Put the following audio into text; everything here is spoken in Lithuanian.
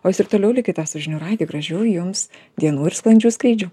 o jūs ir toliau likite su žinių radiju gražių jums dienų ir sklandžių skrydžių